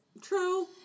True